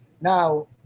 Now